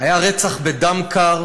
היה רצח בדם קר